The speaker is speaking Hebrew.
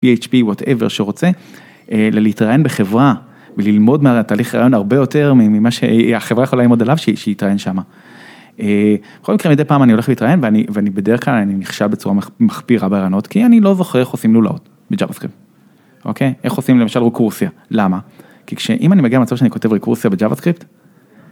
PHP, whatever שרוצה, להתראיין בחברה וללמוד מהתהליך הרעיון הרבה יותר ממה שהחברה יכולה ללמוד עליו, שהוא יתראיין שם. בכל מקרה, מדי פעם אני הולך להתראיין ואני בדרך כלל אני נכשל בצורה מחפירה בהערנות, כי אני לא זוכר איך עושים לולאות ב-JavaScript, אוקיי? איך עושים למשל ריקורסיה, למה? כי כשאם אני מגיע למצב שאני כותב ריקורסיה ב-JavaScript,